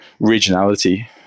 regionality